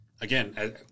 again